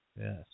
Yes